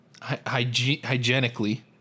hygienically